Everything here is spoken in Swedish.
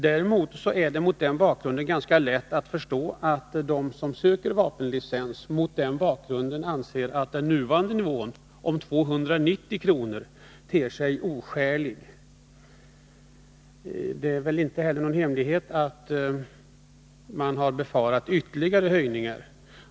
Däremot är det mot den bakgrunden ganska lätt att förstå att de som söker vapenlicens anser att den nuvarande nivån på 290 kr. ter sig oskälig. Det är väl inte heller någon hemlighet att man befarat ytterligare höjningar.